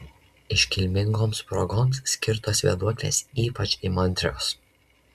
iškilmingoms progoms skirtos vėduoklės ypač įmantrios